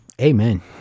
Amen